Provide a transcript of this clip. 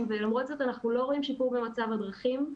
ולמרות זאת אנחנו לא רואים שיפור במצב הדרכים.